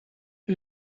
who